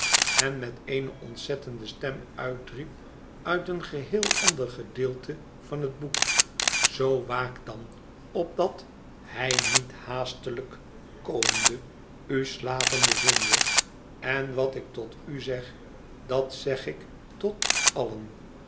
en met eene ontzettende stem uitriep uit een geheel ander gedeelte van het boek zoo waakt dan opdat hij niet haastelijk komende u slapende vinde en wat ik tot u zeg dat zeg ik tot allen